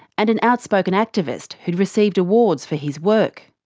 and an outspoken activist who'd received awards for his work.